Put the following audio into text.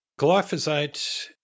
Glyphosate